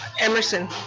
Emerson